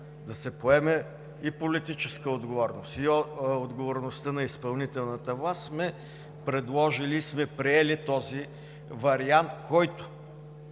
да се поеме и политическа отговорност, и отговорността на изпълнителната власт сме предложили и сме приели този вариант, който,